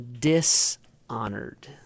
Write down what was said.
dishonored